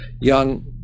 young